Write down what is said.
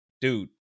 dude